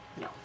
No